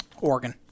Oregon